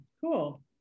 cool